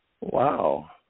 Wow